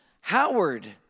Howard